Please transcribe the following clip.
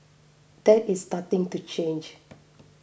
that is starting to change